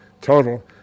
total